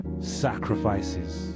Sacrifices